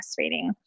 breastfeeding